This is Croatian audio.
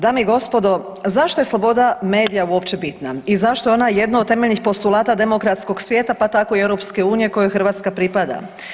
Dame i gospodo zašto je sloboda medija uopće bitna i zašto je ona jedno od temeljnih postulata demokratskog svijeta pa tako i EU kojoj Hrvatska pripada?